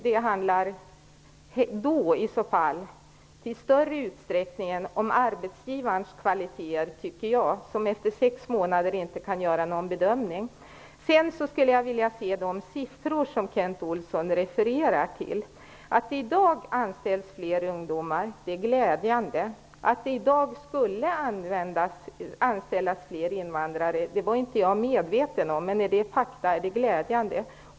Då handlar det i större utsträckning om arbetsgivarens kvaliteter, om han efter sex månader inte kan göra någon bedömning. Sedan skulle jag vilja se de siffror som Kent Olsson refererade till. Att det i dag anställs fler ungdomar är glädjande. Jag var inte medveten om att det i dag anställs fler invandrare. Men om det är så, är detta också glädjande.